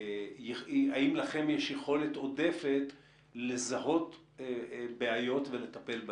האם לכם יש יכולת עודפת לזהות בעיות ולטפל בהן?